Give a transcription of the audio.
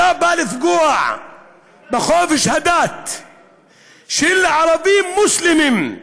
כשאתה בא לפגוע בחופש הדת של ערבים מוסלמים,